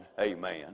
amen